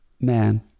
man